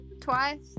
twice